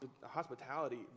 hospitality